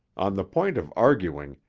on the point of arguing,